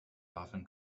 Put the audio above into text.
often